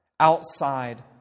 Outside